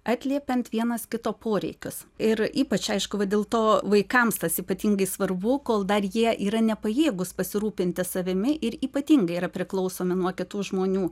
atliepiant vienas kito poreikius ir ypač aišku va dėl to vaikams tas ypatingai svarbu kol dar jie yra nepajėgūs pasirūpinti savimi ir ypatingai yra priklausomi nuo kitų žmonių